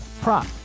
prop